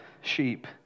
sheep